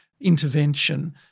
intervention